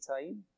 time